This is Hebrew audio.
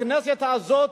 הכנסת הזאת,